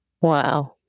Wow